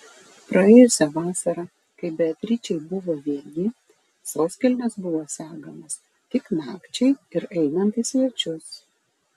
praėjusią vasarą kai beatričei buvo vieni sauskelnės buvo segamos tik nakčiai ir einant į svečius